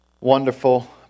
wonderful